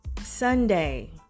Sunday